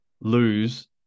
lose